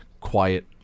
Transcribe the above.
quiet